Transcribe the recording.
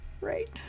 right